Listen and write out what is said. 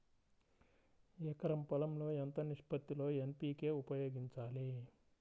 ఎకరం పొలం లో ఎంత నిష్పత్తి లో ఎన్.పీ.కే ఉపయోగించాలి?